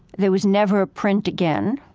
there was never a print again,